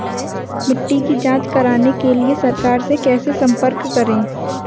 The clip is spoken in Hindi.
मिट्टी की जांच कराने के लिए सरकार से कैसे संपर्क करें?